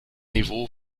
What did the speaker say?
niveau